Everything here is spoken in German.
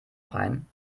rhein